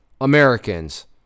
Americans